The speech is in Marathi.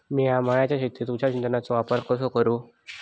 मिया माळ्याच्या शेतीत तुषार सिंचनचो वापर कसो करू?